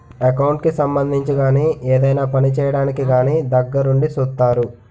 account కి సంబంధించి గాని ఏదైనా పని చేయడానికి కానీ దగ్గరుండి సూత్తారు